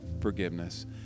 forgiveness